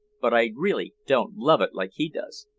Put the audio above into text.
but i really don't love it like he does.